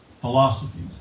Philosophies